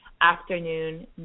Afternoon